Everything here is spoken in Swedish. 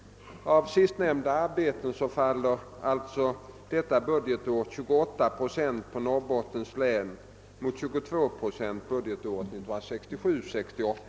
Av sistnämnda arbeten faller alltså detta budgetår 28 procent på Norrbottens län mot 22 procent budgetåret 1967/68.